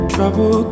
Trouble